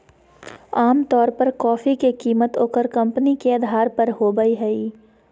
आमतौर पर कॉफी के कीमत ओकर कंपनी के अधार पर होबय हइ